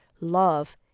love